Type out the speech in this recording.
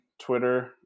Twitter